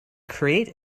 create